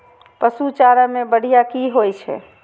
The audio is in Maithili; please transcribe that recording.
पशु चारा मैं बढ़िया की होय छै?